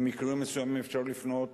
במקרים מסוימים אפשר לפנות